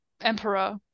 Emperor